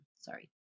Sorry